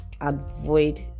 avoid